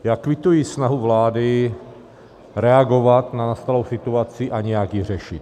Já kvituji snahu vlády reagovat na nastalou situaci a nějak ji řešit.